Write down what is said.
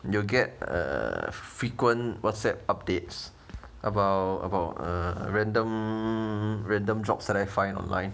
you will get uh frequent Whatsapp updates about about a random random jobs that I find online